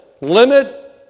limit